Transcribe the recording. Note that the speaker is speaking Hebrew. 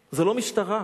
משטרה.